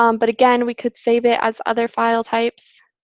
um but again, we could save it as other file types.